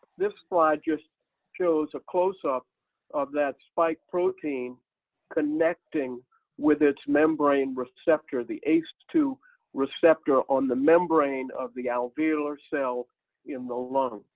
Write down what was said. this slide just shows a close-up of that spike protein connecting with its membrane receptor, the ace two receptor on the membrane of the alveolar cell in the lung.